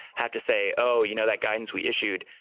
have to say, oh, you know that guidance we issued?